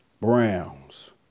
Browns